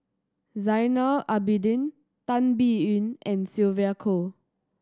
Zainal Abidin Tan Biyun and Sylvia Kho